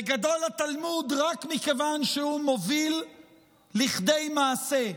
וגדול התלמוד רק מכיוון שהוא מוביל לכדי מעשה,